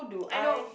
I know